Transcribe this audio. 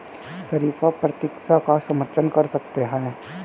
शरीफा प्रतिरक्षा का समर्थन कर सकता है